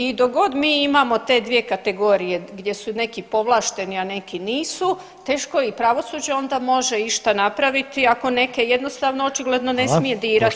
I dok god mi imamo te dvije kategorije gdje su neki povlašteni a neki nisu teško i pravosuđe onda može išta napraviti ako neke jednostavno očigledno ne smije dirati.